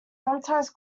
sometimes